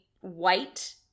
white